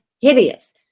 hideous